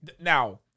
now